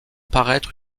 paraître